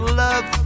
love